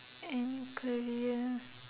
any career